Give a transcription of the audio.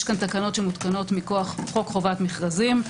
יש כאן תקנות שמותקנות מכוח חוק חובת מכרזים,